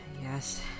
Yes